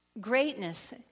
greatness